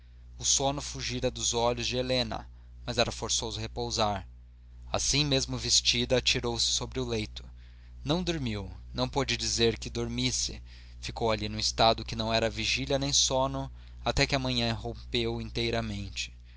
o sono fugira dos olhos de helena mas era forçoso repousar assim mesmo vestida atirou-se sobre o leito não dormiu não se pode dizer que dormisse ficou ali num estado que não era vigília nem sono até que a manhã rompeu inteiramente